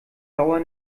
dauer